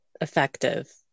effective